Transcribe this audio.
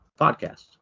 podcast